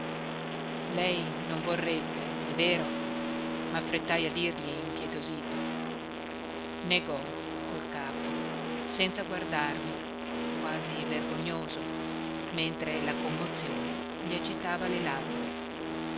lei non vorrebbe è vero maffrettai a dirgli impietosito negò col capo senza guardarmi quasi vergognoso mentre la commozione gli agitava le labbra